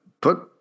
put